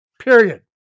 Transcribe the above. period